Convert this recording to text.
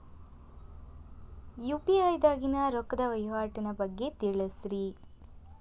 UPI ದಾಗಿನ ರೊಕ್ಕದ ವಹಿವಾಟಿನ ಬಗ್ಗೆ ತಿಳಸ್ರಿ